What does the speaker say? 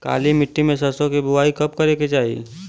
काली मिट्टी में सरसों के बुआई कब करे के चाही?